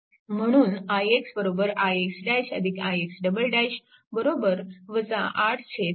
म्हणून ix ix ix 817A